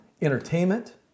entertainment